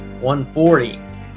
140